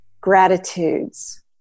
gratitudes